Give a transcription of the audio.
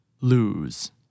Lose